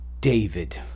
David